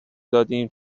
دادیم